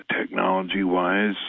Technology-wise